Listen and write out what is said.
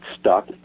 stuck